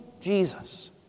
Jesus